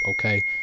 okay